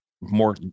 more